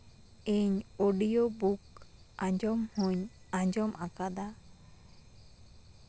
ᱤᱧ audio book ᱟᱸᱡᱚᱢ ᱦᱚᱧ ᱟᱸᱡᱚᱢ ᱟᱠᱟᱫᱟ